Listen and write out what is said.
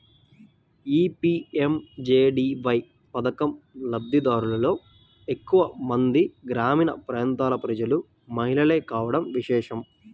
ఈ పీ.ఎం.జే.డీ.వై పథకం లబ్ది దారులలో ఎక్కువ మంది గ్రామీణ ప్రాంతాల ప్రజలు, మహిళలే కావడం విశేషం